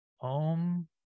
Om